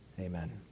Amen